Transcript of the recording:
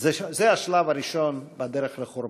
זה השלב הראשון בדרך לחורבן.